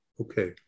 Okay